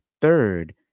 third